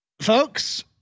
folks